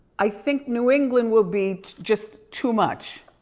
i think new england will be just too much.